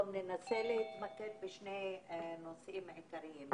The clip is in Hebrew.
ננסה היום להתמקד בשני נושאים עיקריים.